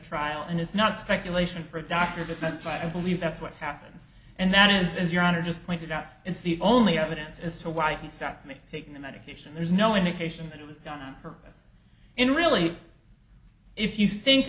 trial and it's not speculation for a doctor but must i believe that's what happens and that is as your honor just pointed out it's the only evidence as to why he stopped me taking the medication there's no indication that it was done on purpose and really if you think